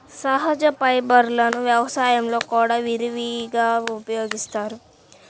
సహజ ఫైబర్లను వ్యవసాయంలో కూడా విరివిగా ఉపయోగిస్తారు